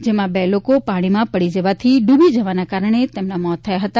જેમાં બે લોકો પાણીમાં પડી જવાથી ડ્રબી જવાના કારણે તેમના મોત થયા હતા